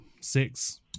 six